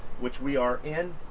which we are in,